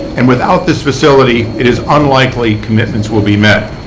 and without this facility, it is unlikely commitments will be met.